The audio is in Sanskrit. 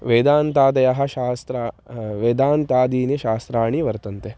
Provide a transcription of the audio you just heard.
वेदान्तादयः शास्त्राः वेदान्तादीनि शास्त्राणि वर्तन्ते